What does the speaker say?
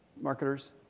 marketers